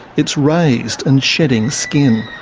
it's raised and shedding skin.